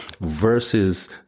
Versus